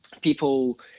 people